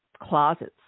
closets